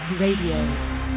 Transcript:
Radio